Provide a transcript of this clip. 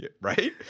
right